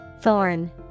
Thorn